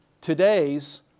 today's